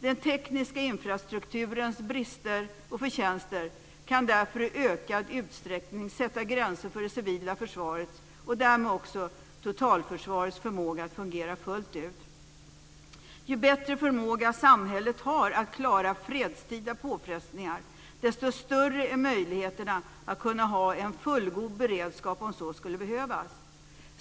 Den tekniska infrastrukturens brister och förtjänster kan därför i ökad utsträckning sätta gränser för det civila försvarets och därmed också totalförsvarets förmåga att fungera fullt ut. Ju bättre förmåga samhället har att klara fredstida påfrestningar, desto större är möjligheterna att ha en fullgod beredskap om så skulle behövas.